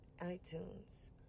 iTunes